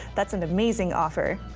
that's an amazing offer.